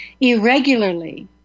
irregularly